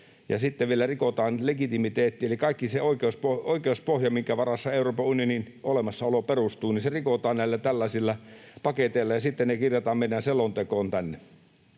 sitten vielä rikotaan legitimiteetti eli kaikki se oikeuspohja, minkä varaan Euroopan unionin olemassaolo perustuu, rikotaan näillä tällaisilla paketeilla, ja sitten ne kirjataan tänne meidän selontekoon.